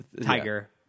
Tiger